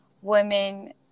women